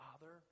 Father